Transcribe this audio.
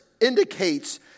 indicates